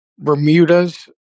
Bermudas